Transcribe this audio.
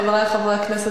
חברי חברי הכנסת,